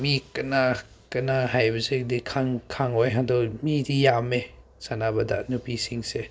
ꯃꯤ ꯀꯅꯥ ꯀꯅꯥ ꯍꯥꯏꯕꯁꯤꯗꯤ ꯈꯪꯂꯣꯏ ꯑꯗꯣ ꯃꯤꯗꯤ ꯌꯥꯝꯃꯦ ꯁꯥꯟꯅꯕꯗ ꯅꯨꯄꯤꯁꯤꯡꯁꯦ